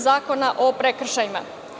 Zakona o prekršajima.